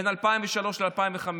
בין 2003 ל-2005.